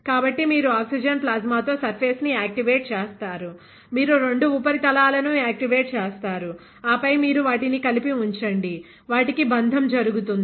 కాబట్టి మీరు oxygen plasma తో సర్ఫేస్ ని యాక్టివేట్ చేస్తారు మీరు రెండు ఉపరితలాలను యాక్టివేట్ చేస్తారుఆపై మీరు వాటిని కలిపి ఉంచండి వాటికి బంధం జరుగుతుంది